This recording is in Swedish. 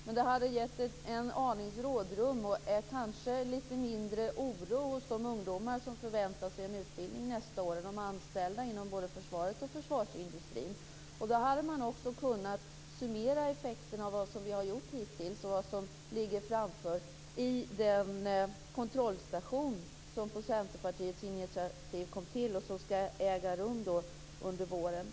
Men det hade gett en aning rådrum och kanske lite mindre oro hos de ungdomar som förväntar sig en utbildning nästa år och hos de anställda inom både försvaret och försvarsindustrin. Då hade man också kunnat summera effekten av vad vi har gjort hittills och av vad som ligger framför oss i den kontrollstation som på Centerpartiets initiativ kom till och som skall äga rum under våren.